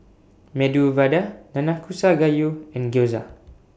Medu Vada Nanakusa Gayu and Gyoza